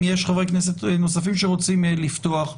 יש חברי כנסת נוספים שרוצים לפתוח,